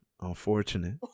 Unfortunate